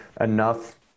enough